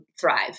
thrive